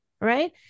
right